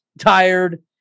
tired